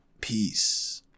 Peace